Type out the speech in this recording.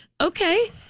Okay